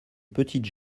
petites